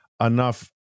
enough